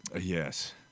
Yes